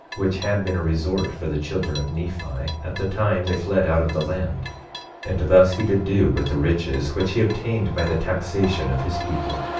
which had been a resort for the children of nephi at the time they fled out of the land and thus he did do with the riches which he obtained by the taxation of his people.